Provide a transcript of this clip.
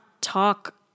talk